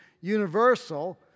universal